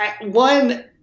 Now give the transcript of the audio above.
One